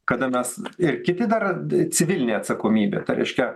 kada mes ir kiti dar civilinė atsakomybė tai reiškia